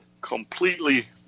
completely